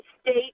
state